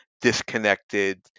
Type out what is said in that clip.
disconnected